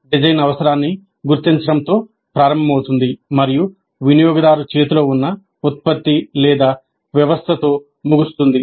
design అవసరాన్ని గుర్తించడంతో ప్రారంభమవుతుంది మరియు వినియోగదారు చేతిలో ఉన్న ఉత్పత్తి లేదా వ్యవస్థతో ముగుస్తుంది